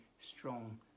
strong